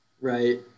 Right